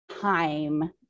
time